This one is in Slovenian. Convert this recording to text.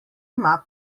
ima